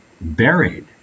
buried